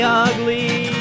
ugly